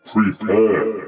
Prepare